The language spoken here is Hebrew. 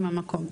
המקום,